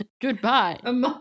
Goodbye